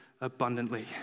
abundantly